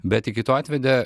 bet iki to atvedė